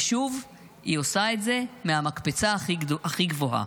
ושוב היא עושה את זה מהמקפצה הכי גבוהה.